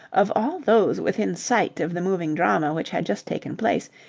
of all those within sight of the moving drama which had just taken place,